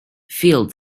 field